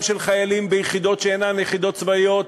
של חיילים ביחידות שאינן יחידות צבאיות,